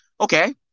okay